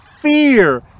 fear